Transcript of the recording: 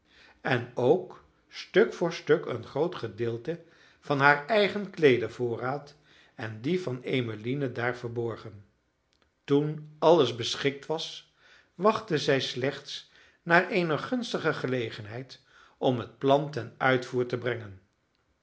en ook stuk voor stuk een groot gedeelte van haar eigen kleedervoorraad en dien van emmeline daar verborgen toen alles beschikt was wachtte zij slechts naar eene gunstige gelegenheid om het plan ten uitvoer te brengen